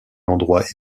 endroit